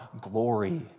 glory